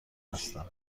هستم